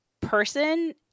person